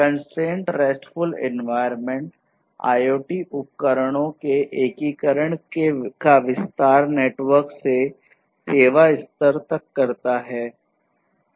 constraint RESTful Environment IoT उपकरणों के एकीकरण का विस्तार नेटवर्क से सेवा स्तर तक करता है